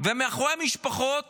מאחורי המשפחות